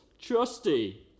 trusty